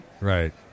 Right